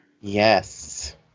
Yes